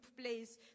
place